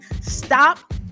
Stop